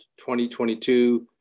2022